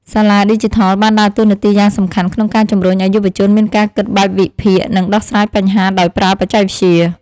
សាលាឌីជីថលបានដើរតួនាទីយ៉ាងសំខាន់ក្នុងការជំរុញឱ្យយុវជនមានការគិតបែបវិភាគ និងដោះស្រាយបញ្ហាដោយប្រើបច្ចេកវិទ្យា។